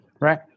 right